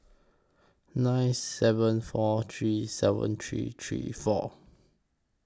nine seven four three seven three three four